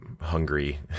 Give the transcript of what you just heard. hungry